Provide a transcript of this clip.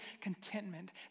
contentment